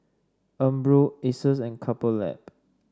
Umbro Asus and Couple Lab